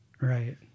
Right